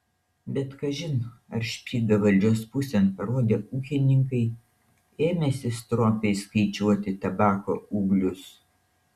bet kažin ar špygą valdžios pusėn parodę ūkininkai ėmėsi stropiai skaičiuoti tabako ūglius